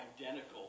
identical